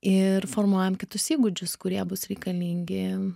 ir formuojam kitus įgūdžius kurie bus reikalingi